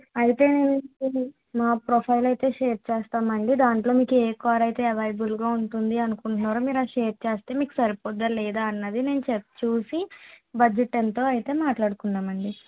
అయితే నేను నా ప్రొఫైల్ అయితే షేర్ చేస్తామండి దాంట్లో మీకు ఏ కార్ అయితే అవైలబుల్గా ఉంటుంది అనుకుంటున్నారో మీరు అది షేర్ చేస్తే మీకు సరిపోతుందా లేదా అనేది అన్నది నేను చే చూసి బడ్జెట్ ఎంతో అయితే మాట్లాడుకుందామండి